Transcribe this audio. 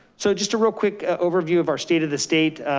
so just a real quick overview of our state of the state.